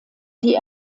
die